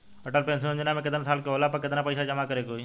Atal pension Yojana मे केतना साल के होला पर केतना पईसा जमा करे के होई?